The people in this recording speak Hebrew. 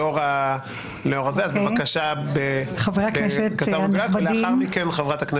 לציבור הישראלי כאילו אלו הדברים שסיכמנו שנדחה לקריאה השנייה והשלישית